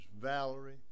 Valerie